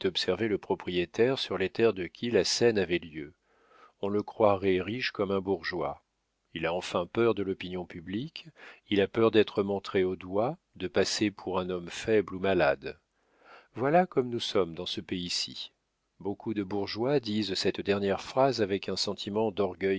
le propriétaire sur les terres de qui la scène avait lieu on le croirait riche comme un bourgeois il a enfin peur de l'opinion publique il a peur d'être montré au doigt de passer pour un homme faible ou malade voilà comme nous sommes dans ce pays-ci beaucoup de bourgeois disent cette dernière phrase avec un sentiment d'orgueil